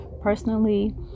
personally